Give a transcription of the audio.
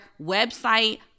Website